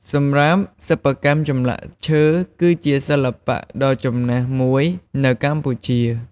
សម្រាប់ សិប្បកម្មចម្លាក់ឈើគឺជាសិល្បៈដ៏ចំណាស់មួយនៅកម្ពុជា។